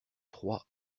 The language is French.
trois